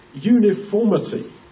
Uniformity